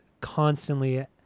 constantly